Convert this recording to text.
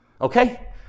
okay